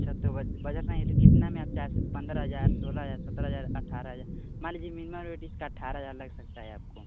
अच्छा तो बजट नहीं है तो कितना में आप चाह पंद्रह हजार सोलह हजार सत्रह हजार अट्ठारह हजार मान लीजिए मिनीमुम अगर का अट्ठारह हजार लग सकता है आपको